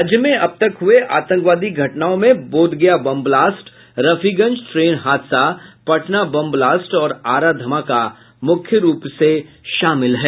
राज्य में अब तक हुये आतंकवादी घटनाओं में Bodh Gaya bomb blast Rafiganj train हादसा पटना बम ब्लास्ट और आरा धमाका मुख्य रूप से शामिल है